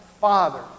father